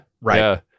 Right